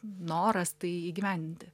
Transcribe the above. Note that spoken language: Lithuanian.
noras tai įgyvendinti